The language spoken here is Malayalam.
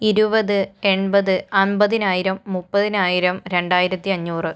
ഇരുപത് എൺപത് അമ്പതിനായിരം മുപ്പതിനായിരം രണ്ടായിരത്തി അഞ്ഞൂറ്